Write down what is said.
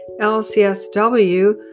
LCSW